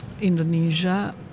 Indonesia